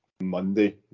Monday